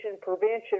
Prevention